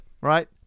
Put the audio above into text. right